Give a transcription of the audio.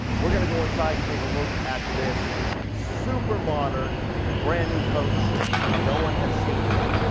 we're going to go inside and take a look at this super modern brand new coach that no one has seen yet.